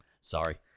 Sorry